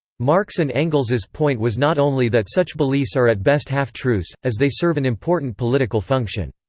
marx and engels's point was not only that such beliefs are at best half-truths, as they serve an important political function.